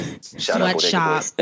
sweatshop